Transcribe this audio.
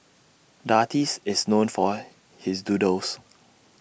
the artist is known for his doodles